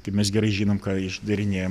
tai mes gerai žinom ką išdarinėja